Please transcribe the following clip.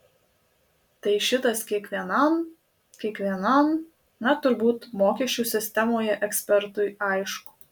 tai šitas kiekvienam kiekvienam na turbūt mokesčių sistemoje ekspertui aišku